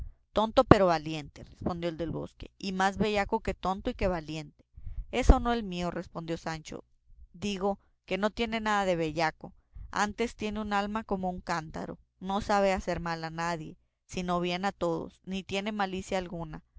tonto pero valiente respondió el del bosque y más bellaco que tonto y que valiente eso no es el mío respondió sancho digo que no tiene nada de bellaco antes tiene una alma como un cántaro no sabe hacer mal a nadie sino bien a todos ni tiene malicia alguna